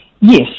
Yes